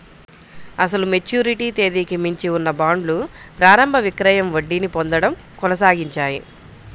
అసలు మెచ్యూరిటీ తేదీకి మించి ఉన్న బాండ్లు ప్రారంభ విక్రయం వడ్డీని పొందడం కొనసాగించాయి